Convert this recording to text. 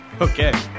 Okay